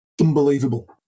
Unbelievable